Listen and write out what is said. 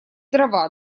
дрова